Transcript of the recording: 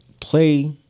Play